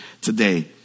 today